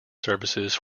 services